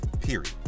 Period